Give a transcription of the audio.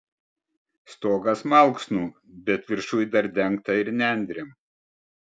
stogas malksnų bet viršuj dar dengta ir nendrėm